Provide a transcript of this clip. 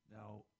Now